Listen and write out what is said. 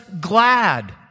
glad